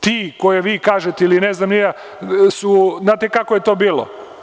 Ti, koje vi kažete ili ne znam ni ja, znate kako je to bilo?